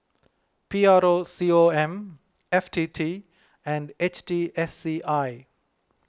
P R O C O M F T T and H T S C I